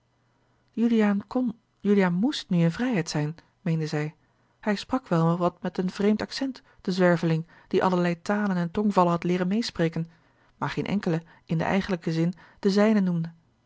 kon juliaan moest nu in vrijheid zijn meende zij hij sprak wel wat met een vreemd accent de zwerveling die allerlei talen en tongvallen had leeren meêspreken maar geen enkele in den eigenlijken zin de zijne noemde